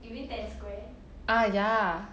ah ya